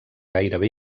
gairebé